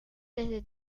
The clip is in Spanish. desde